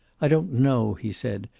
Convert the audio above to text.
i don't know, he said.